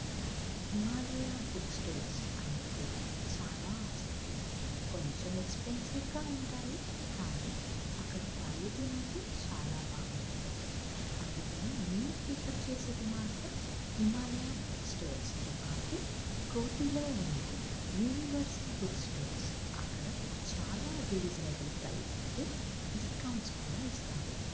and Himalaya book stores అనేది కూడా చాలా ఆసక్తి కొంచెం ఎక్స్పెన్సివ్గా ఉంటాయి కానీ అక్కడ క్వాలిటీ మాత్రం చాలా బాగుంటాయి అందుకని నేను ప్రిఫర్ చేసేది మాత్రం హిమాలయ బుక్ స్టోర్స్తో పాటు కోటిలో ఉన్న యూనివర్సల్ బుక్ స్టోర్స్ అక్కడ చాలా రీజనబుల్ ప్రైస్ విత్ డిస్కౌంట్స్ కూడా ఇస్తారు